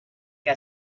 que